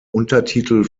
untertitel